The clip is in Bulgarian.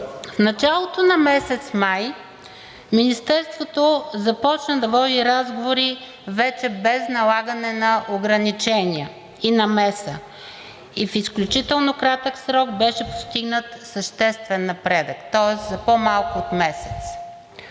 В началото на месец май Министерството започна да води разговори вече без налагане на ограничения и намеса и в изключително кратък срок беше постигнат съществен напредък. Тоест за по-малко от месец.